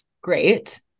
great